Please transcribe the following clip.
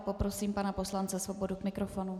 Poprosím pana poslance Svobodu k mikrofonu.